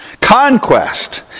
Conquest